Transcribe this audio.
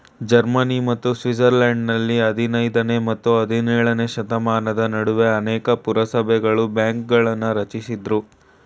Germany ಮತ್ತು ಸ್ವಿಟ್ಜರ್ಲೆಂಡ್ನಲ್ಲಿ ಹದಿನೈದನೇ ಮತ್ತು ಹದಿನೇಳನೇಶತಮಾನದ ನಡುವೆ ಅನೇಕ ಪುರಸಭೆಗಳು ಬ್ಯಾಂಕ್ಗಳನ್ನ ರಚಿಸಿದ್ರು